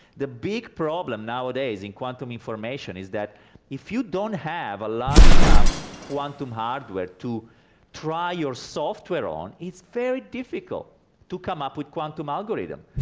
the big problem nowadays in quantum information is that if you don't have large enough quantum hardware to try your software on, it's very difficult to come up with quantum algorithms.